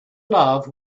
love